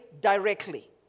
directly